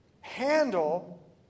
handle